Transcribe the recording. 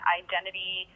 identity